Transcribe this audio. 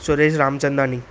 Suresh Ramchandani